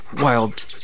wild